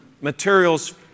materials